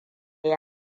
yi